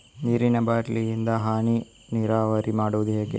ನೀರಿನಾ ಬಾಟ್ಲಿ ಇಂದ ಹನಿ ನೀರಾವರಿ ಮಾಡುದು ಹೇಗೆ?